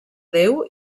déu